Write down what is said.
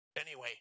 Anyway